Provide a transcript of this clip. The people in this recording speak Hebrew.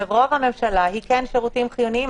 ורוב הממשלה היא כן שירותים חיוניים.